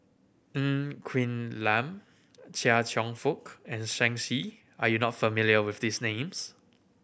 Ng Quee Lam Chia Cheong Fook and Shen Xi are you not familiar with these names